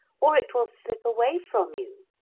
or it will slip away from you.